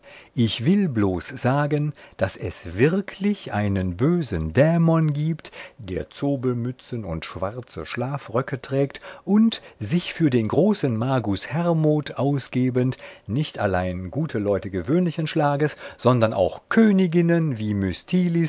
ich will bloß sagen daß es wirklich einen bösen dämon gibt der zobelmützen und schwarze schlafröcke trägt und sich für den großen magus hermod ausgebend nicht allein gute leute gewöhnliches schlages sondern auch königinnen wie